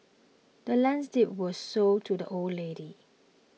the land's deed was sold to the old lady